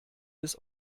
des